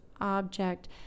object